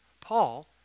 Paul